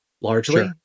largely